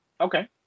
Okay